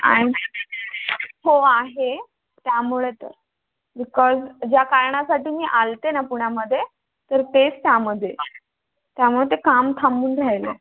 आणि हो आहे त्यामुळे तर बिकॉज ज्या कारणासाठी मी आले होते ना पुण्यामध्ये तर तेच त्यामध्ये त्यामुळे ते काम थांबून राहिलं आहे